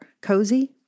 cozy